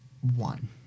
one